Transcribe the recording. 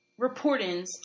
reportings